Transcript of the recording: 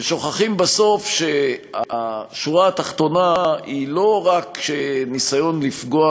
ושוכחים בסוף שהשורה התחתונה היא לא רק ניסיון לפגוע